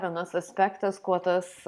vienas aspektas kuo tas